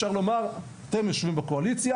אתם יושבים בקואליציה